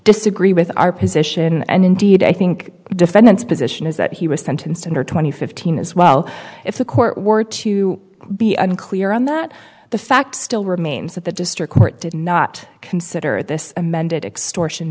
disagree with our position and indeed i think defendant's position is that he was sentenced under twenty fifteen as well if the court were to be unclear on that the fact still remains that the district court did not consider this amended extortion